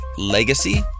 legacy